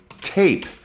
tape